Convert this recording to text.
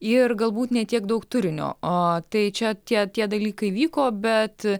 ir galbūt ne tiek daug turinio o tai čia tie tie dalykai vyko bet